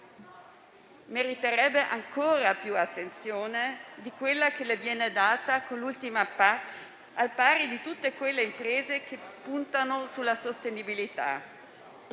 meriterebbe ancora più attenzione di quella che le viene data con l'ultima PAC, al pari di tutte quelle imprese che puntano sulla sostenibilità.